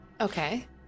Okay